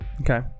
Okay